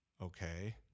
okay